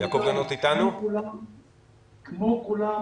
כמו כולם